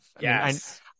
yes